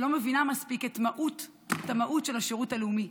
שלא מבינה מספיק את המהות של השירות הלאומי,